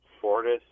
Fortis